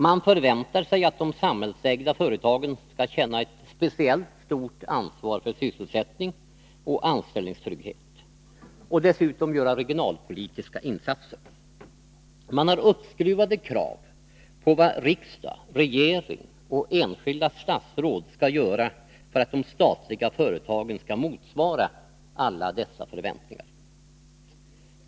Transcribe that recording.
Man förväntar sig att de samhällsägda företagen skall känna ett speciellt stort ansvar för sysselsättning och anställningstrygghet och dessutom göra regionalpolitiska insatser. Man har uppskruvade krav på vad riksdag, regering och enskilda statsråd skall göra för att de statliga företagen skall motsvara alla dessa förväntningar.